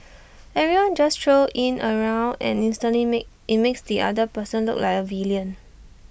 everyone just throws IT in around and instantly IT makes the other person look like A villain